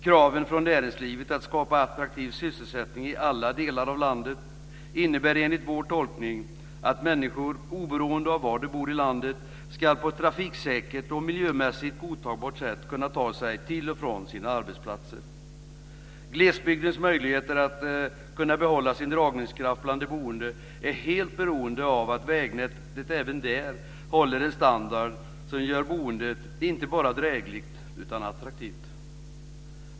Kraven från näringslivet att skapa attraktiv sysselsättning i alla delar av landet innebär enligt vår tolkning att människor ska kunna ta sig till och från sina arbetsplatser på ett trafiksäkert och miljömässigt godtagbart sätt oberoende av var de bor i landet. Glesbygdens möjligheter att behålla sin dragningskraft bland de boende är helt beroende av att vägnätet även där håller en standard som gör boendet inte bara drägligt, utan attraktivt.